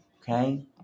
Okay